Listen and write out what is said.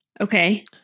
Okay